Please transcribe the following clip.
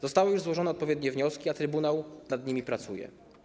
Zostały już złożone odpowiednie wnioski, a Trybunał nad nimi pracuje.